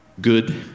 Good